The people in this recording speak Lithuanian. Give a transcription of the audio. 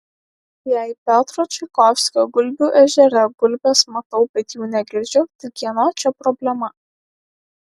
jei piotro čaikovskio gulbių ežere gulbes matau bet jų negirdžiu tai kieno čia problema